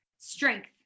Strength